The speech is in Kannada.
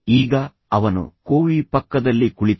ಈಗ ಅವನು ಬಂದನು ಮತ್ತು ನಂತರ ಅವನು ಕೋವೀ ಪಕ್ಕದಲ್ಲಿ ಕುಳಿತನು